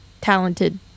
talented